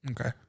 okay